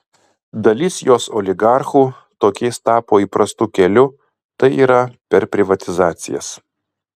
dalis jos oligarchų tokiais tapo įprastu keliu tai yra per privatizacijas